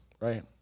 right